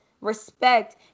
respect